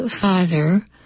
father